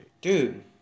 Dude